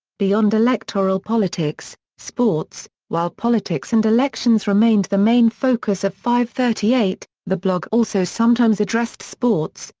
beyond electoral politics sports while politics and elections remained the main focus of fivethirtyeight, the blog also sometimes addressed sports,